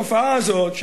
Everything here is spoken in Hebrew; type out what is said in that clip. התופעה הזאת,